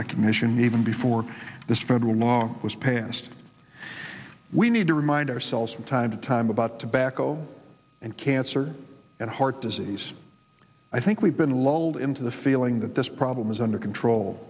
recognition even before this federal law was passed we need to remind ourselves from time to time about tobacco and cancer and heart disease i think we've been lulled into the feeling that this problem is under control